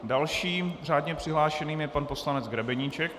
Dalším řádně přihlášeným je pan poslanec Grebeníček.